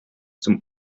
zum